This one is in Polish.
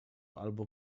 albo